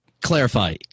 Clarify